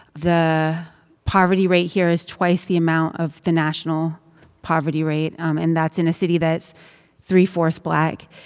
the poverty rate here is twice the amount of the national poverty rate. um and that's in a city that's three-fourths black.